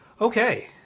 Okay